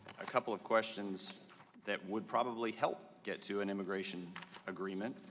a couple of questions that would probably help get to an immigration agreement.